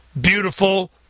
beautiful